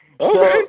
Okay